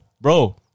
Bro